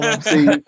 see